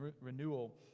renewal